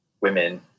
Women